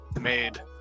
made